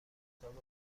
کتاب